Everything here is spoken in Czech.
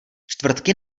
čtvrtky